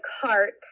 cart